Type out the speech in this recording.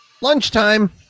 Lunchtime